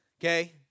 okay